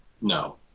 No